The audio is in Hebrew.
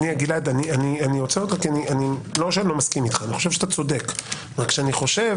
אני חושב שאתה צודק, רק אני חושב